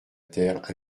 terre